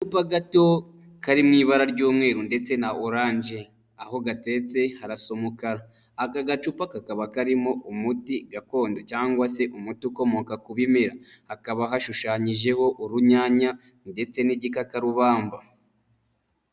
Agacupa gato kari mu ibara ry'umweru ndetse na oranje, aho gateretse harasa umukara, aka gacupa kakaba karimo umuti gakondo cyangwa se umuti ukomoka ku bimera, hakaba hashushanyijeho urunyanya ndetse n'igikakarubamba.